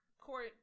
court